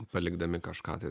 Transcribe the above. palikdami kažką tai